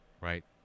Right